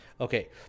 Okay